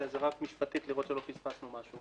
כן, זה רק משפטית, לראות שלא פספסנו משהו.